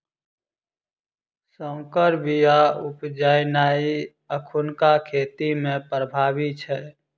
सँकर बीया उपजेनाइ एखुनका खेती मे प्रभावी छै